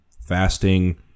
fasting